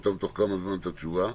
תוך כמה זמן מקבלים את התשובה לבדיקות?